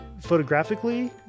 photographically